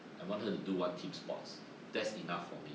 I want her to do one team sports that's enough for me